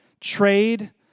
Trade